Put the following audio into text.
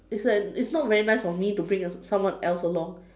it's like it's not very nice for me to bring someone else along